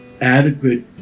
adequate